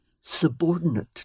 subordinate